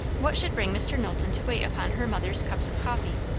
what should bring mr. knowlton to wait upon her mother's cups of coffee?